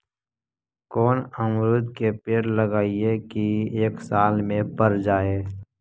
कोन अमरुद के पेड़ लगइयै कि एक साल में पर जाएं?